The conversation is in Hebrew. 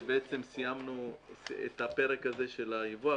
שסיימנו את הפרק של הייבוא,